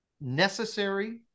necessary